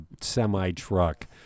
semi-truck